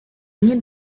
nie